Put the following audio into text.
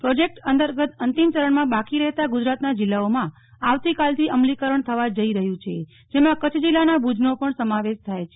project અંતર્ગત અંતિમ ચરણમાં બાકી રહેતા ગુજરાતના જિલ્લાઓમાં શનિવારથી અમલીકરણ થવા જઈ રહ્યું છે જેમાં કચ્છ જિલ્લાના ભુજનો પણ સમાવેશ થાય છે